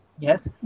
Yes